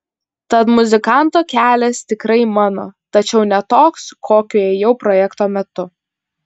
tad muzikanto kelias tikrai mano tačiau ne toks kokiu ėjau projekto metu